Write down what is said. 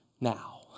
now